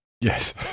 Yes